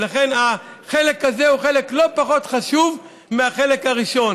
ולכן החלק הזה הוא חלק לא פחות חשוב מהחלק הראשון.